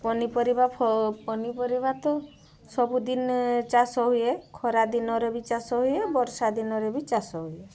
ପନିପରିବା ପନିପରିବା ତ ସବୁଦିନ ଚାଷହୁଏ ଖରା ଦିନରେ ବି ଚାଷ ହୁଏ ବର୍ଷା ଦିନରେ ବି ଚାଷ ହୁଏ